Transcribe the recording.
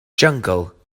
jyngl